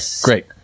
Great